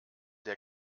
der